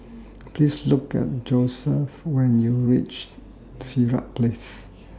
Please Look For Josef when YOU REACH Sirat Place